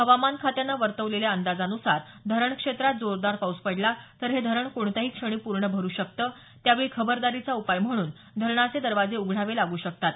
हवामान खात्याने वर्तवलेल्या अंदाजानुसार धरणक्षेत्रात जोरदार पाऊस पडला तर हे धरण कोणत्याही क्षणी पूर्ण भरू शकतं त्यावेळी खबरदारीचा उपाय म्हणून धरणाचे दरवाजे उघडावे लागू शकतात